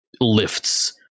lifts